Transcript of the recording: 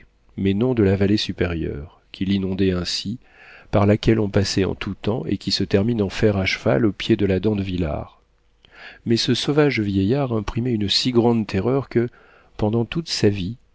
mais non de la vallée supérieure qu'il inondait ainsi par laquelle on passait en tout temps et qui se termine en fer à cheval au pied de la dent de vilard mais ce sauvage vieillard imprimait une si grande terreur que pendant toute sa vie